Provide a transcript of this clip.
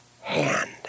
hand